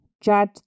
judge